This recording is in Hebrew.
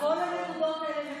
כל הנקודות האל הן נקודות,